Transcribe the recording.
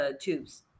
tubes